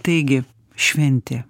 taigi šventė